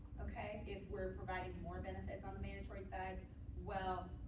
ok if we're providing more benefits on the mandatory side well,